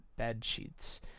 bedsheets